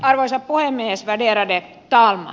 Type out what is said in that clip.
arvoisa puhemies värderade talman